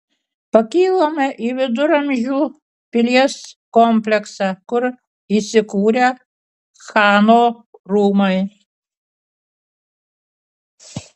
pakylame į viduramžių pilies kompleksą kur įsikūrę chano rūmai